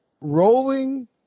rolling